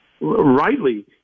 rightly